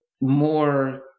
more